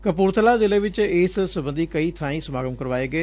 ਕਪੁਰਥਲਾ ਜ਼ਿਲੇ ਚ ਇਸ ਸਬੰਧੀ ਕਈ ਬਾਈ ਸਮਾਗਮ ਕਰਵਾਏ ਗਏ